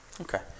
Okay